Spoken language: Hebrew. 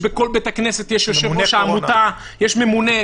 בכל בית כנסת יש עמותה, יושב-ראש ממונה.